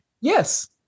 yes